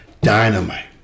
dynamite